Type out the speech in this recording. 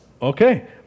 Okay